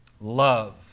love